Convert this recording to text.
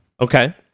Okay